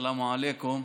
סלאם עליכום.